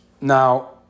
Now